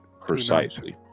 precisely